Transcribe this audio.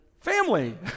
family